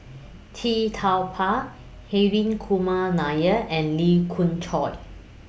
Tee Tua Ba Hri Kumar Nair and Lee Khoon Choy